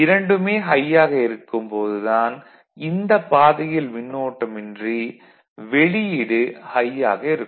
இரண்டுமே ஹை ஆக இருக்கும் போது தான் இந்த பாதையில் மின்னோட்டம் இன்றி வெளியீடு ஹை ஆக இருக்கும்